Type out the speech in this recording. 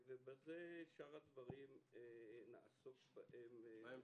שאר הדברים נעסוק בהם בהמשך.